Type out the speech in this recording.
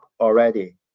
already